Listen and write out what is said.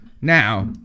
now